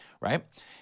Right